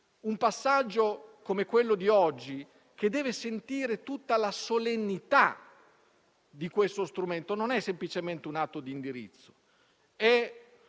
un passaggio come quello odierno, che deve far sentire tutta la solennità di questo strumento, non è semplicemente un atto di indirizzo,